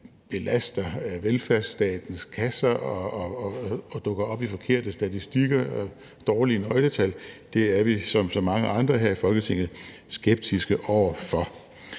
belaster velfærdsstatens kasser og dukker op i forkerte statistikker med dårlige nøgletal, er vi som så mange andre her i Folketinget skeptiske over for.